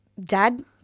dad